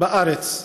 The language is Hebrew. בארץ.